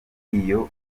iyo